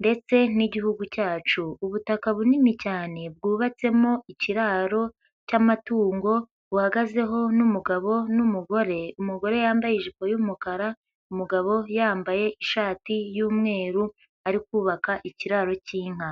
ndetse n'Igihugu cyacu. Ubutaka bunini cyane bwubatsemo ikiraro cy'amatungo, buhagazeho n'umugabo n'umugore, umugore yambaye ijipo y'umukara, umugabo yambaye ishati y'umweru, ari kubaka ikiraro cy'inka.